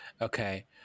Okay